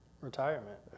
Retirement